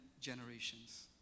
generations